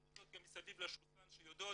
מסביב לשולחן הרבה מאוד עמותות שיודעות,